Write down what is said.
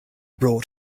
brought